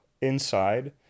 inside